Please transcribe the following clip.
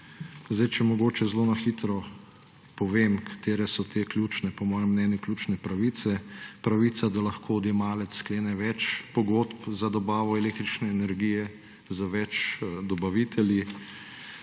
Če mogoče zelo na hitro povem, katere so te, po mojem mnenju ključne pravice: pravica, da lahko odjemalec sklene več pogodb za dobavo električne energije z več dobavitelji,